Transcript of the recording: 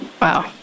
Wow